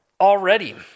already